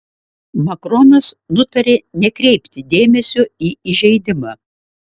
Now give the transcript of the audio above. makronas nutarė nekreipti dėmesio į įžeidimą